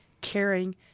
caring